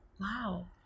Wow